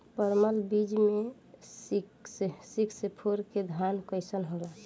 परमल बीज मे सिक्स सिक्स फोर के धान कईसन होला?